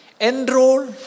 enroll